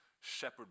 shepherd